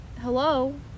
hello